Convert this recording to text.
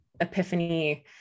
epiphany